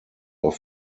auf